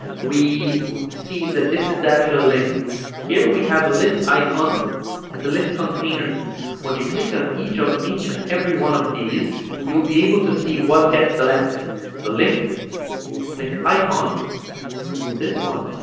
we see that this is the actual link here we have a list icon and the list container when you click on each of each and every one of these you'll be able to see what gets selected so link link icon and this one